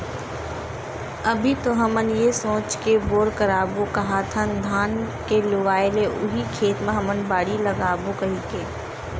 अभी तो हमन ये सोच के बोर करवाबो काहत हन धान के लुवाय ले उही खेत म हमन बाड़ी लगा लेबो कहिके